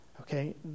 Okay